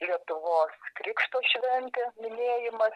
lietuvos krikšto šventė minėjimas